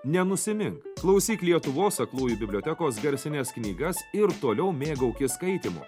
nenusimink klausyk lietuvos aklųjų bibliotekos garsines knygas ir toliau mėgautis skaitymu